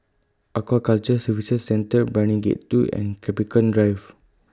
Aquaculture Services Centre Brani Gate two and Capricorn Drive